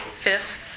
fifth